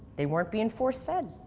they weren't being force fed.